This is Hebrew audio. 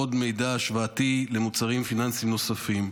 עוד מידע השוואתי למוצרים פיננסיים נוספים.